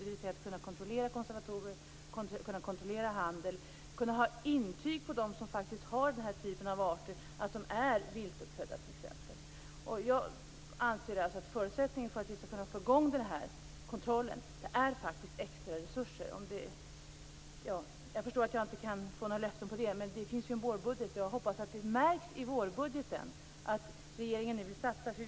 Det gäller att kunna kontrollera konservatorer och handel och t.ex. att se till att de som har djur av den här typen av arter har intyg om att de inte är viltuppfödda. Jag anser att förutsättningen för att vi skall kunna få i gång denna kontroll faktiskt är extraresurser. Jag förstår att jag inte kan få några löften om sådana, men det kommer ju en vårbudget, och jag hoppas att det i den skall märkas att regeringen nu vill satsa på detta.